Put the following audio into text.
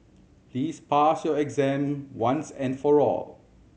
please pass your exam once and for all